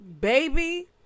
baby